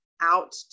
out